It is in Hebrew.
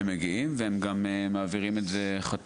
הם מגיעים, והם גם מעבירים את זה חתום.